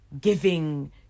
giving